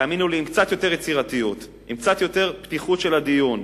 תאמינו לי שעם קצת יותר יצירתיות ועם קצת יותר פתיחות של הדיון,